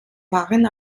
waren